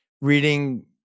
reading